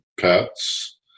pets